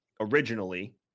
originally